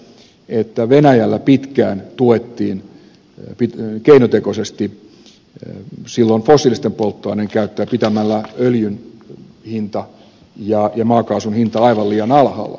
me olemme tuominneet laajasti sen että venäjällä pitkään tuettiin keinotekoisesti fossiilisten polttoaineiden käyttöä pitämällä öljyn ja maakaasun hinta aivan liian alhaalla